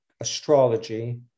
astrology